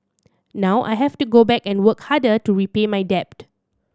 now I have to go back and work harder to repay my debt